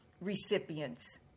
recipients